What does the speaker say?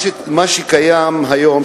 מה שקיים היום,